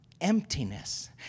emptiness